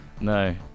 No